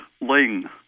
Ling